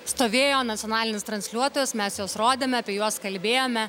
stovėjo nacionalinis transliuotojas mes juos rodėme apie juos kalbėjome